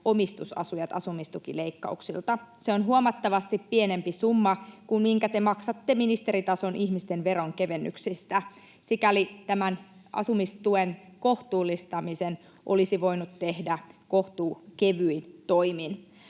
omistusasujat asumistukileikkauksilta. Se on huomattavasti pienempi summa kuin minkä te maksatte ministeritason ihmisten veronkevennyksistä, sikäli tämän asumistuen kohtuullistamisen olisi voinut tehdä kohtuu kevyin toimiin.